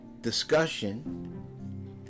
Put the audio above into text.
discussion